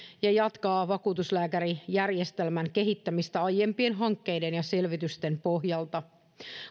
ja jatkaa vakuutuslääkärijärjestelmän kehittämistä aiempien hankkeiden ja selvitysten pohjalta